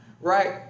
right